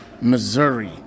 Missouri